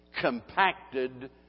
Compacted